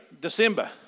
December